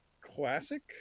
Classic